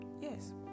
Yes